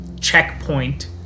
checkpoint